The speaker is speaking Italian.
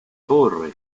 torre